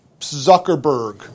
Zuckerberg